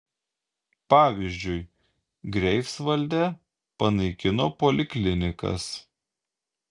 pavyzdžiui greifsvalde panaikino poliklinikas